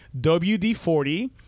WD-40